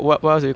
okay